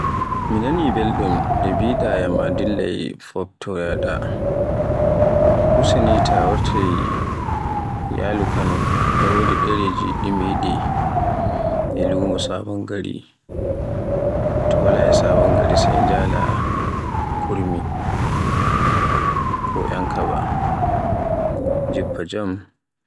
Mi nani belɗum nde biɗayaam a dillay foftoyoɗa, use ni ta wartaay yaalu Kano e wodi ɗereji ɗi mi yiɗi e lumo Sabongari, to wala e Sabongari sai njaala Kurmi ko Yankaba. Jiffa jaam.